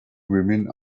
women